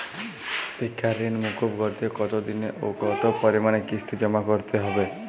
শিক্ষার ঋণ মুকুব করতে কতোদিনে ও কতো পরিমাণে কিস্তি জমা করতে হবে?